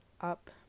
up